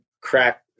crack